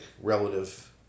relative